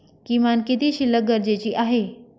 किमान किती शिल्लक गरजेची आहे?